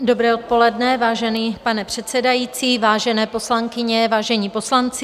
Dobré odpoledne, vážený pane předsedající, vážené poslankyně, vážení poslanci.